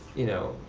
you know,